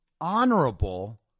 honorable